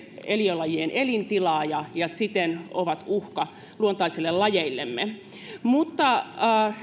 eliölajiemme elintilaa ja ja siten ovat uhka luontaisille lajeillemme mutta